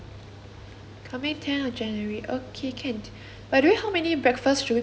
coming tenth of january okay can but do you know how many breakfast should we prepare for you